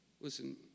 Listen